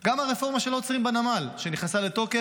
גם הרפורמה של "לא עוצרים בנמל", שנכנסה לתוקף,